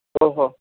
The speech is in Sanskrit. ओहो